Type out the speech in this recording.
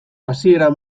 hasiera